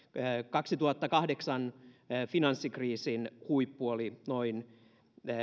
kaksituhattakahdeksan finanssikriisin huippu oli noin